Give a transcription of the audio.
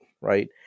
Right